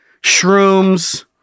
shrooms